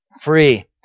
free